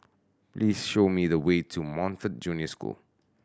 please show me the way to Montfort Junior School